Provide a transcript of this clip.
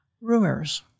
Rumors